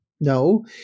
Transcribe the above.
No